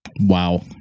Wow